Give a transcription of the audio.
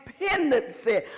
dependency